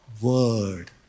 word